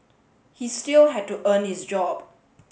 he still had to earn his job